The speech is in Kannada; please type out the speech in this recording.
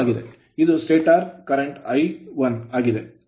ಇದು stator stator current current I1 ಆಗಿದೆ